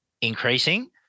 Increasing